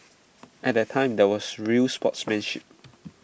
at that time there was real sportsmanship